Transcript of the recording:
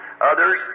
Others